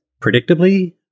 predictably